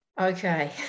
okay